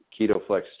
KetoFlex